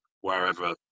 wherever